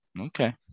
Okay